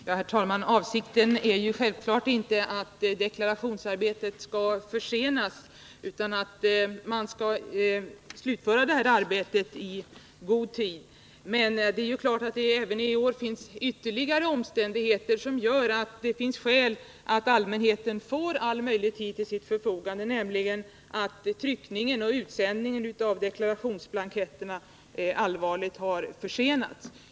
Herr talman! Avsikten är självfallet inte att deklarationsarbetet skall försenas utan att man skall hinna slutföra det i god tid. Men i år finns ytterligare en omständighet som gör att det finns skäl för att allmänheten bör få all möjlig tid till sitt förfogande, nämligen att tryckningen och utsändningen av deklarationsblanketterna allvarligt har försenats.